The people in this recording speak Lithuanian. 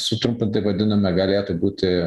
sutrumpintai vadiname galėtų būti